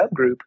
subgroup